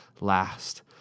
last